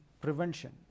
prevention